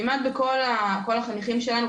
כמעט כל החניכים שלנו,